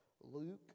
Luke